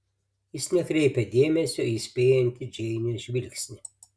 jis nekreipia dėmesio į įspėjantį džeinės žvilgsnį